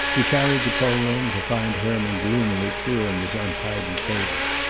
he carried the coal in, to find herman gloomily clearing his untidy table.